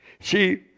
See